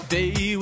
Day